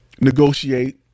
negotiate